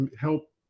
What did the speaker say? help